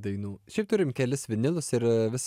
dainų šiaip turim kelis vinilus ir vis